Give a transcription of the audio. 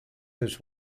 his